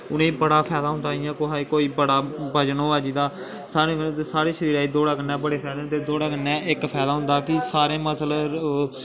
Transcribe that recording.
उ'नेंगी बड़ा फैदा होंदा इ'यां कुसै गी कोई बड़ा बज़न होऐ जिसदा साढ़े शरीरा दी दौड़ा कन्नै बड़े फैदे होंदे दौड़ै कन्नै इक फैदा होंदा कि सारे मसल